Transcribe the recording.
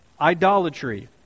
Idolatry